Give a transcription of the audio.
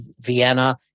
Vienna